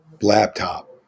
laptop